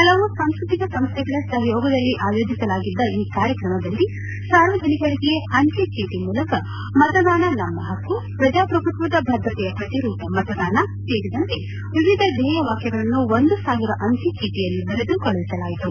ಹಲವು ಸಾಂಸ್ಟತಿಕ ಸಂಸ್ಟೆಗಳ ಸಹಯೋಗದಲ್ಲಿ ಆಯೋಜಿಸಲಾಗಿದ್ದ ಈ ಕಾರ್ಯಕ್ರಮದಲ್ಲಿ ಸಾರ್ವಜನಿಕರಿಗೆ ಅಂಜೆ ಚೀಟಿ ಮೂಲಕ ಮತದಾನ ನಮ್ಮ ಹಕ್ಕು ಪ್ರಜಾಪ್ರಭುತ್ವದ ಬದ್ಧತೆಯ ಪ್ರತಿರೂಪ ಮತದಾನ ಸೇರಿದಂತೆ ವಿವಿಧ ಧ್ವೇಯವಾಕ್ತಗಳನ್ನು ಒಂದು ಸಾವಿರ ಅಂಚೆ ಚೀಟಿಯಲ್ಲಿ ಬರೆದು ಕಳುಹಿಸಲಾಯಿತು